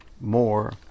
more